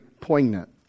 poignant